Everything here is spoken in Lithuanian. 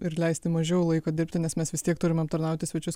ir leisti mažiau laiko dirbti nes mes vis tiek turim aptarnauti svečius